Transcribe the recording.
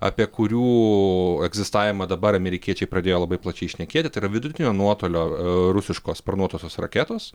apie kurių egzistavimą dabar amerikiečiai pradėjo labai plačiai šnekėti tai yra vidutinio nuotolio rusiškos sparnuotosios raketos